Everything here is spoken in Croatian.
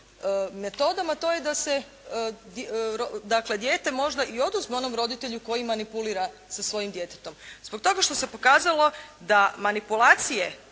metodom a to je da se dakle dijete možda i oduzme onom roditelju koji manipulira sa svojim djetetom zbog toga što se pokazalo da manipulacije